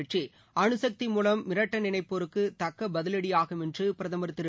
வெற்றி அணுசக்தி மூலம் மிரட்ட நினைப்போருக்கு தக்க பதிலடியாகும் என்று பிரதமர் திரு